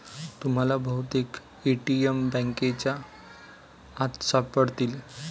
तुम्हाला बहुतेक ए.टी.एम बँकांच्या आत सापडतील